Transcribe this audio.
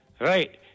right